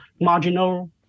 marginal